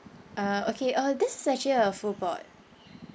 uh okay uh this is actually a full board